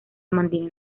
mantiene